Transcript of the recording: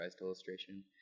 illustration